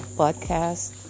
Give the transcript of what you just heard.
podcast